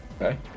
Okay